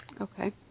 Okay